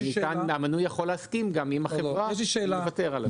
המנוי יכול להסכים עם החברה שהוא מוותר עליה.